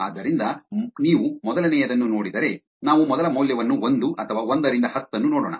ಆದ್ದರಿಂದ ನೀವು ಮೊದಲನೆಯದನ್ನು ನೋಡಿದರೆ ನಾವು ಮೊದಲ ಮೌಲ್ಯವನ್ನು ಒಂದು ಅಥವಾ ಒಂದರಿಂದ ಹತ್ತನ್ನು ನೋಡೋಣ